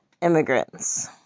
immigrants